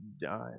done